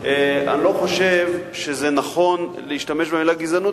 אני לא חושב שזה נכון להשתמש במלה גזענות,